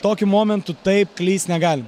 tokiu momentu taip klyst negalime